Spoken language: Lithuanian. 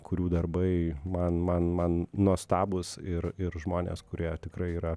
kurių darbai man man man nuostabūs ir ir žmonės kurie tikrai yra